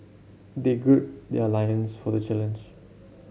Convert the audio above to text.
they gird their loins for the challenge